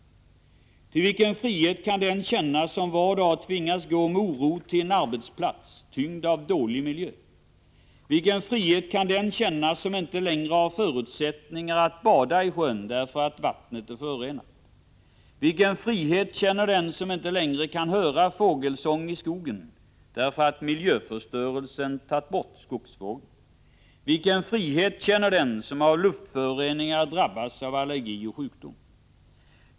Ty vilken frihet kan den känna som varje dag tvingas gå med oro till en arbetsplats tyngd av dålig miljö? Vilken frihet kan den känna som inte längre har förutsättningar att bada i sjön därför att vattnet är förorenat? Vilken frihet känner den som inte längre kan höra fågelsång i skogen därför att miljöförstörelsen tagit bort skogsfågeln? Vilken frihet känner den som av luftföroreningar drabbats av allergier och sjukdom?